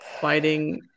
fighting